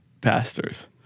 pastors